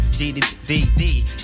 D-D-D-D